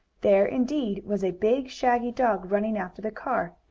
there, indeed, was a big shaggy dog, running after the car,